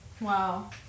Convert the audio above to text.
Wow